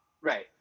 right